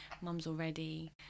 mums-already